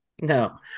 no